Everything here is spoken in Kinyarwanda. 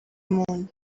moon